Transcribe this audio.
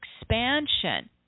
expansion